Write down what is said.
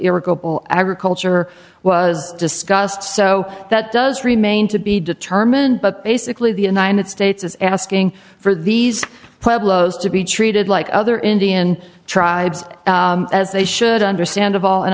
in agriculture was discussed so that does remain to be determined but basically the united states is asking for these to be treated like other indian tribes as they should understand of all and